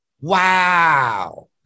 Wow